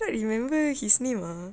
cannot remember his name ah